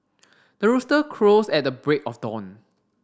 the rooster crows at the break of dawn